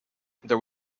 there